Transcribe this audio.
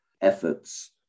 efforts